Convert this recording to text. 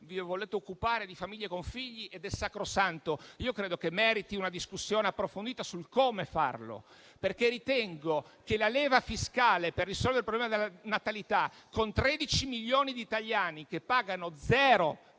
vi volete occupare di famiglie con figli, ed è sacrosanto. Credo che meriti una discussione approfondita il modo in cui farlo, perché ritengo che la leva fiscale per risolvere il problema della natalità con 13 milioni di italiani che pagano zero